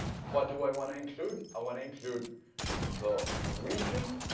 what do i want to include, i want to include the region